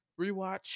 rewatch